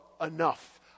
Enough